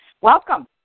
Welcome